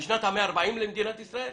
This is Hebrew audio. בשנת ה-140 למדינת ישראל?